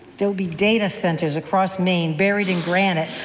there will be data centers across maine, buried in granite,